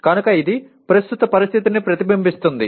కనుక ఇది ప్రస్తుత పరిస్థితిని ప్రతిబింబిస్తుంది